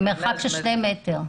במרחק של שני מטר.